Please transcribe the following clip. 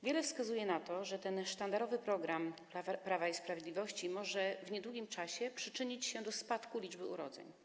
Wiele wskazuje na to, że ten sztandarowy program Prawa i Sprawiedliwości może w niedługim czasie przyczynić się do spadku liczby urodzeń.